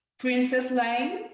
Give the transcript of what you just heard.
princess line.